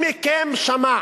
מי מכם שמע